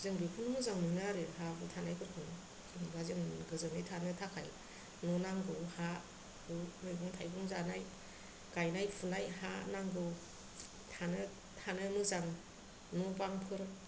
जों बेखौनो मोजां मोनो आरो हा हु थानायफोरखौनो जेनेबा जों गोजोनै थानो थाखाय न' नांगौ हा हु मैगं थायगं जानाय गायनाय फुनाय हा नांगौ थानो मोजां न' बांफोर